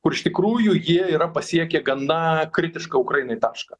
kur iš tikrųjų ji yra pasiekė gana kritišką ukrainai tašką